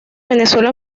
venezuela